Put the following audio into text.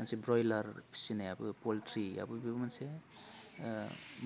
मोनसे ब्रयलार फिनायाबो पलट्रियाबो बे मोनसे